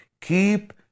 Keep